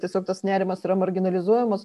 tiesiog tas nerimas yra marginalizuojamas